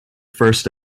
first